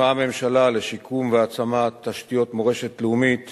שיזמה הממשלה לשיקום ולהעצמה של תשתיות מורשת לאומית